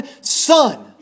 Son